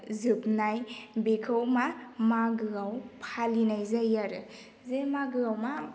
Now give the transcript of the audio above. जोबनाय बेखौ मा मागोआव फालिनाय जायो आरो जे मागोआव मा